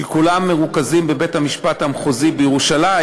שכולן מרוכזות בבית-המשפט המחוזי בירושלים,